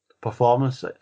performance